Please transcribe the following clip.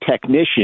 technician